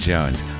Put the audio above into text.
Jones